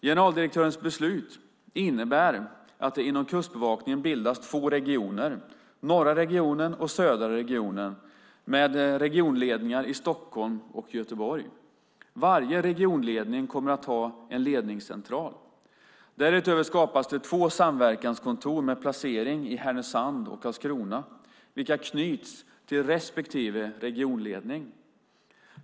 Generaldirektörens beslut innebär att det inom Kustbevakningen bildas två regioner, norra regionen och södra regionen, med regionledningar i Stockholm och Göteborg. Varje regionledning kommer att ha en ledningscentral. Därutöver skapas två samverkanskontor med placering i Härnösand och Karlskrona, vilka knyts till respektive regionledning.